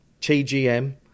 TGM